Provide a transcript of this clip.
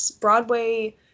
broadway